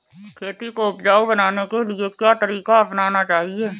खेती को उपजाऊ बनाने के लिए क्या तरीका अपनाना चाहिए?